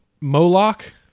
Moloch